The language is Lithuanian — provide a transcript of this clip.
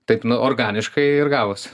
taip organiškai ir gavosi